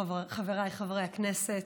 חבריי חברי הכנסת,